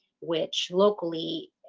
which locally